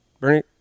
Bernie